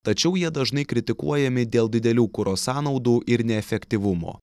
tačiau jie dažnai kritikuojami dėl didelių kuro sąnaudų ir neefektyvumo